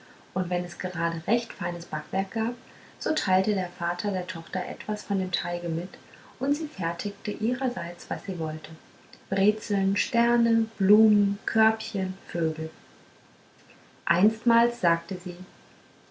und wenn es grade recht feines backwerk gab so teilte der vater der tochter etwas von dem teige mit und sie fertigte ihrerseits was sie wollte brezeln sterne blumen körbchen vögel einstmals sagte sie